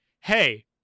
Hey